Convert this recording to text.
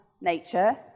nature